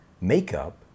makeup